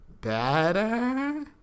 better